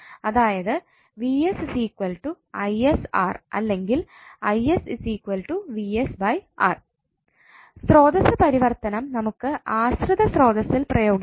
അതായത് or സ്രോതസ്സ് പരിവർത്തനം നമുക്ക് ആശ്രിത സ്രോതസ്സിൽ പ്രയോഗിക്കാം